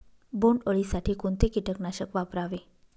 बोंडअळी साठी कोणते किटकनाशक वापरावे?